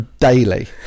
daily